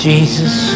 Jesus